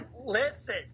Listen